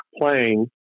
playing